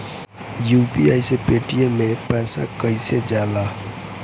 UPI से Paytm मे पैसा कइसे जाला?